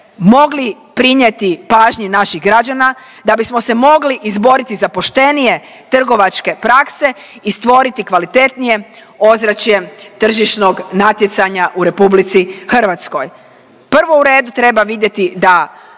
mogli prinijeti pažnji naših građana, da bismo se mogli izboriti za poštenije trgovačke prakse i stvoriti kvalitetnije ozračje tržišnog natjecanja u RH. Prvo u redu treba vidjeti da